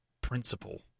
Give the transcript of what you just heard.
principle